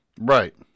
right